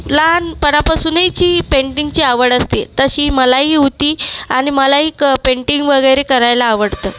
लहानपणापासून येची पेंटिंगची आवड असते तशी मलाही होती आणि मलाही क् पेंटिंग वगैरे करायला आवडतं